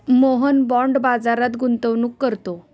Mohan bond बाजारात गुंतवणूक करतो